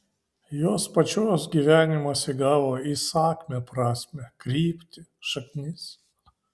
jos pačios gyvenimas įgavo įsakmią prasmę kryptį šaknis